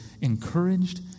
encouraged